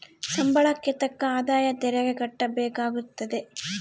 ಸಂಬಳಕ್ಕೆ ತಕ್ಕ ಆದಾಯ ತೆರಿಗೆ ಕಟ್ಟಬೇಕಾಗುತ್ತದೆ